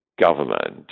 government